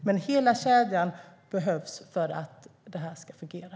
Men hela kedjan behövs för att det här ska fungera.